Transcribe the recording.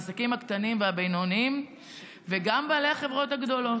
העסקים הקטנים והבינוניים וגם בעלי החברות הגדולות,